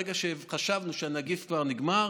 שברגע שחשבנו שהנגיף כבר נגמר,